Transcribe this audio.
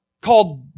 called